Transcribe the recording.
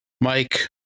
Mike